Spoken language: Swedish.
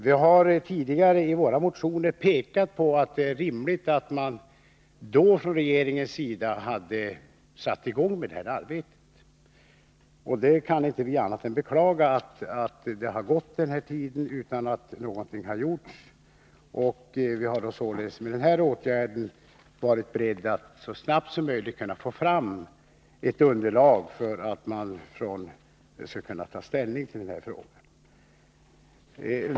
Vi har tidigare i våra motioner pekat på att det vore rimligt att man redan förut hade satt i gång med det här arbetet från regeringens sida. Vi kan inte annat än beklaga att all denna tid har gått utan att någonting har gjorts. Vi har således med denna åtgärd varit beredda att så snabbt som möjligt försöka få fram ett underlag för att man skall kunna ta ställning till frågan.